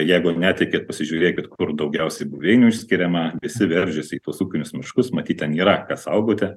jeigu netikit pasižiūrėkit kur daugiausiai buveinių skiriama įsiveržus į tuos ūkinius miškus matyt ten yra ką saugoti